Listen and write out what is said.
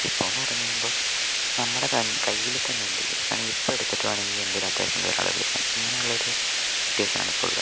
ഇപ്പോന്ന് പറഞ്ഞ് കഴിയുമ്പം നമ്മുടെ ക കയ്യില് തന്നെ ഉണ്ട് വേണമെങ്കിൽ ഇപ്പം എടുത്ത് വേണമെങ്കിൽ എന്തേലും അത്യാവശ്യമുണ്ടേൽ ഒരാളെ വിളിക്കാം അങ്ങനേ ഉള്ളൊരു സിറ്റുവേഷൻ ആണ് ഇപ്പോൾ ഉള്ളത്